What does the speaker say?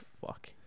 Fuck